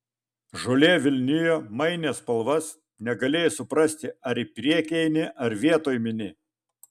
žolė vilnijo mainė spalvas negalėjai suprasti ar į priekį eini ar vietoj mini